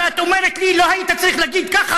ואת אומרת לי: לא היית צריך להגיד ככה,